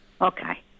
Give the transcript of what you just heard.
Okay